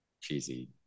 cheesy